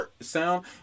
sound